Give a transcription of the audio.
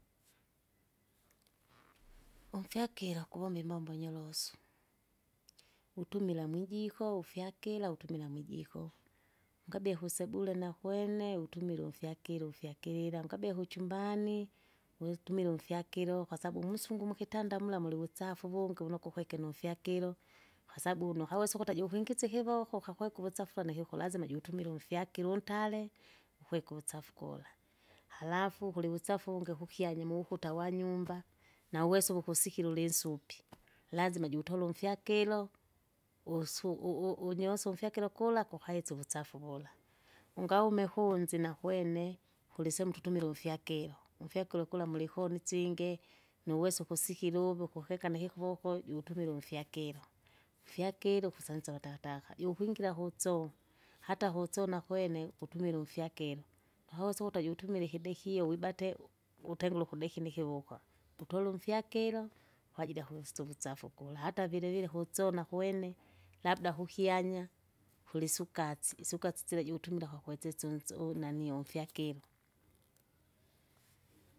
umfyakiro kuvomba imbombo nyorosu, utumila mwijiko ufyakira utumila mwijiko, ungabie kusebule nakwene utumila umfyakilo ufyakirira, ngabie kuchumbani, wesa utumile ufyakilo, kwasabu musungu mukitanda mula mulivusafu uvungi vunuku kwiki numfyakiro. Kwasabu wunu ukawesa ukuta jukwingisya ikivoko ukakweka uvusafi vone kikulazima jutumile ufyakilo untale, ukweka uvusafi kula. Halafu kulivusafi uvungi kukyanya mukuta wanyumba, nauwesa ukuksikila ulinsupi, lazima jiutola umfyakilo, usu- u- u- unyosa umfyakiro kula, kukaisa uvusafi vula uvula. Ungaume kuunzi nakwene, kulisehemu tutumila umfyakilo, umfyakilo ukula mulikoni itsinge, nuwesa ukusikila uvu kukeka jiutumila umfyakilo, fyakira ukusanza watakataka, iukwingira kutso, hata kutso nakwene, kutumila umfyakilo, nakuwesa ukuta jutumila ikidekio wibate, ukudeki nikiwukwa, utole umfyakilo, kwajili akustu msafu kula, hata vilevile kutsona kwene, labda kukyanya, kulisukatsi. Isukatsi sila jikutumila kwakwesise unse- unani umfyakilo.